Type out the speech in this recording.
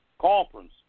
conference